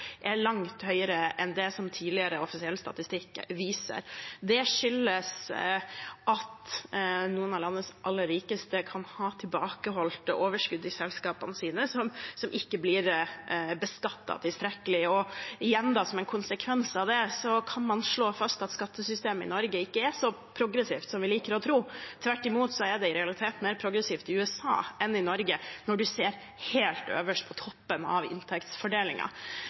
er langt større enn det tidligere offisiell statistikk viser. Det skyldes at noen av landets aller rikeste kan ha tilbakeholdt overskudd i selskapene sine som ikke blir beskattet tilstrekkelig. Som en konsekvens av det kan man slå fast at skattesystemet i Norge ikke er så progressivt som vi liker å tro. Tvert imot er det i realiteten mer progressivt i USA enn i Norge når en ser helt øverst, på toppen av